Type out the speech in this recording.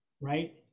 right